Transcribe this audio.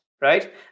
right